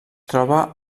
troba